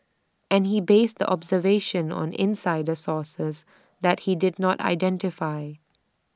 and he based the observation on insider sources that he did not identify